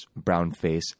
brownface